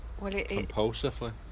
compulsively